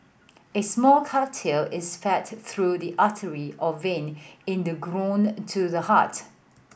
a small catheter is fed through the artery or vein in the groin to the heart